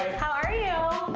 how are you?